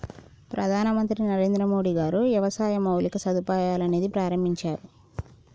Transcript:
ప్రధాన మంత్రి నరేంద్రమోడీ గారు వ్యవసాయ మౌలిక సదుపాయాల నిధి ప్రాభించారు